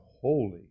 Holy